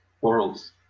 worlds